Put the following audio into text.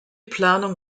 planung